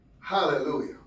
hallelujah